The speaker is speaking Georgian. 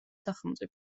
სახელმწიფო